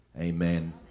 amen